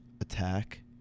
attack